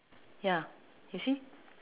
ya you see